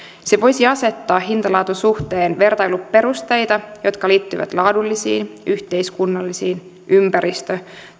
se voisi asettaa hinta laatu suhteen vertailuperusteita jotka liittyvät laadullisiin yhteiskunnallisiin ympäristö